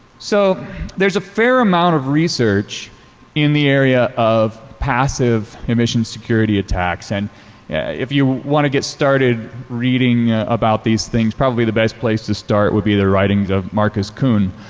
so there's a fair amount of research in the area of passive emissions security attacks. and if you want to get started reading about these things, probably the best place to start would be the writings of marcus coone.